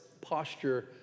posture